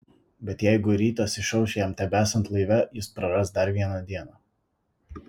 bet jeigu rytas išauš jam tebesant laive jis praras dar vieną dieną